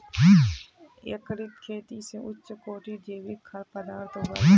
एकीकृत खेती स उच्च कोटिर जैविक खाद्य पद्दार्थ उगाल जा छेक